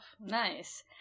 Nice